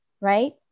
right